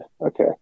Okay